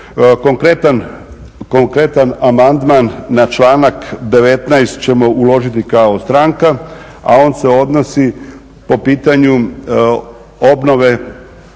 Konkretan amandman na članak 19.ćemo uložiti kao stranka, a on se odnosi po pitanju obnove